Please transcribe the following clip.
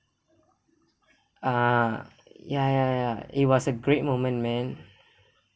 ah ya ya ya it was a great moment man